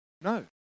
No